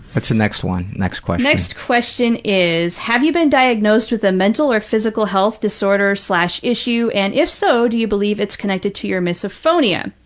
what's the next one, next question? next question is, have you been diagnosed with a mental or physical health disorder issue, and if so, do you believe it's connected to your misophonia?